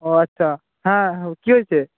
ও আচ্ছা হ্যাঁ কী হয়েছে